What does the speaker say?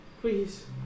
please